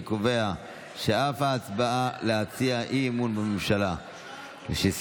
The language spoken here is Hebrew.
אני קובע שאף ההצעה של סיעת רע"מ להציע אי-אמון בממשלה נדחתה.